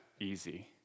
easy